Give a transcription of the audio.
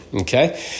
okay